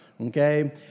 okay